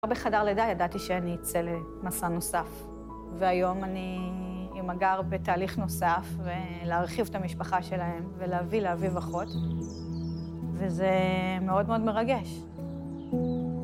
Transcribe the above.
כבר בחדר לידה ידעתי שאני אצא למסע נוסף, והיום אני הגר בתהליך נוסף, ולהרחיב את המשפחה שלהם, ולהביא לאביב אחות, וזה מאוד מאוד מרגש.